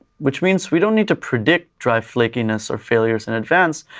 which means, we don't need to predict, drive flakiness or failures in advance,